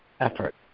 effort